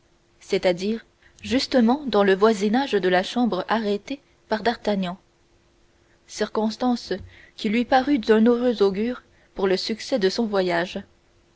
c'est-à-dire justement dans le voisinage de la chambre arrêtée par d'artagnan circonstance qui lui parut d'un heureux augure pour le succès de son voyage